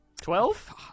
Twelve